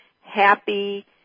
happy